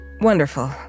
Wonderful